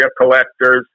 collectors